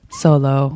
solo